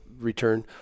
return